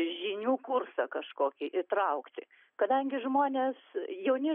žinių kursą kažkokį įtraukti kadangi žmonės jauni